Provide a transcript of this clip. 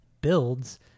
builds